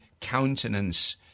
countenance